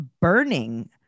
burning